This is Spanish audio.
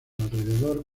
alrededor